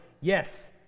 yes